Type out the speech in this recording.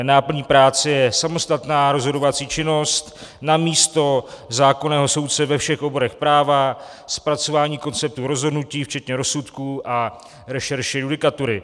Náplní práce je samostatná rozhodovací činnost namísto zákonného soudce ve všech oborech práva, zpracování konceptů rozhodnutí včetně rozsudků a rešerše judikatury.